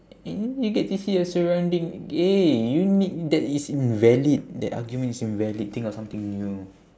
eh you get to see your surrounding eh you need that is invalid that argument is invalid think of something new